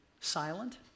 silent